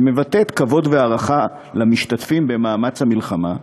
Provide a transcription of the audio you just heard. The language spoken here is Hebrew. שמבטאת כבוד והערכה למשתתפים במאמץ המלחמה,